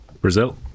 Brazil